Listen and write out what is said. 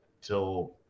till